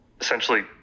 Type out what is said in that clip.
essentially